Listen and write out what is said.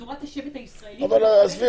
מדורת השבט הישראלית --- אבל עזבי,